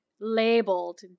labeled